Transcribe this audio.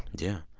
yeah.